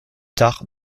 tard